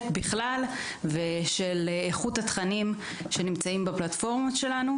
ושל איכות התכנים שנמצאים בפלטפורמות שלנו.